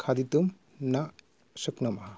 खादितुं न शक्नुमः